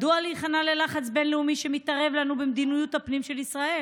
מדוע להיכנע ללחץ הבין-לאומי שמתערב לנו במדיניות הפנים של ישראל?